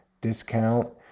discount